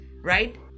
right